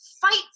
fight